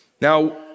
Now